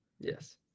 yes